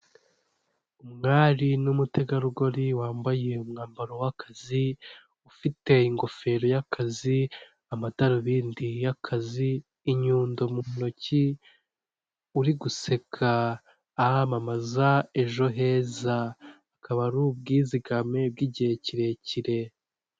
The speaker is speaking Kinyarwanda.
Umwari n'umutegarugori wambaye umwambaro w'akazi, ufite ingofero y'akazi, amadarubindi y'akazi, inyundo mu ntoki, uri guseka, aramamaza "Ejo heza", akaba ari ubwizigame bw'igihe kirekire.